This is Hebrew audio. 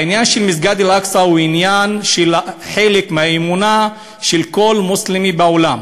העניין של מסגד אל-אקצא הוא עניין שהוא חלק מהאמונה של כל מוסלמי בעולם